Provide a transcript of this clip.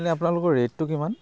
এনে আপোনালোকৰ ৰেটটো কিমান